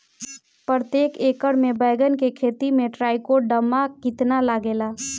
प्रतेक एकर मे बैगन के खेती मे ट्राईकोद्रमा कितना लागेला?